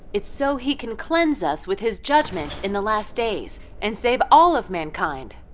it's so he can cleanse us with his judgment in the last days and save all of mankind.